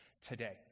today